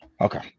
okay